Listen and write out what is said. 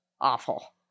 awful